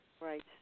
Right